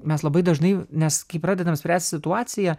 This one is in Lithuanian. mes labai dažnai nes kai pradedam spręst situaciją